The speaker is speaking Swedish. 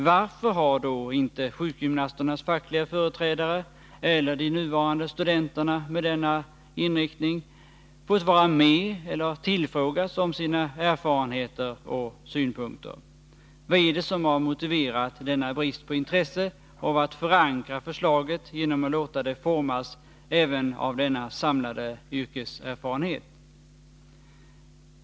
Varför har då inte sjukgymnasternas fackliga företrädare eller de nuvarande studenterna med denna inriktning tillfrågats om sina erfarenheter och synpunkter? Vad är det som har motiverat denna brist på intresse av att förankra förslaget genom att låta det formas även av denna samlade yrkeserfarenhet?